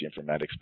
informatics